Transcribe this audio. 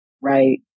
right